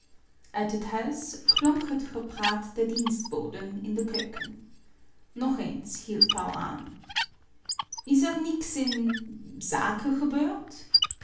uit het huis klonk het gepraat der dienstboden in de keuken nog eens hield pauw aan is r niks in zaken gebeurd